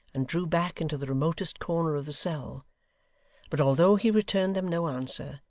and drew back into the remotest corner of the cell but although he returned them no answer,